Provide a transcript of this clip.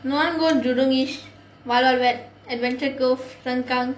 no I want to go jurong east wild wild wet adventure cove sengkang